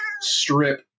Strip